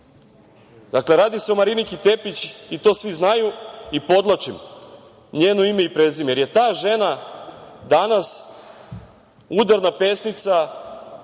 Dakle, radi se o Mariniki Tepić, i to svi znaju, i podvlačim njeno ime i prezime, jer je ta žena danas udarna pesnica